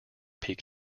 peak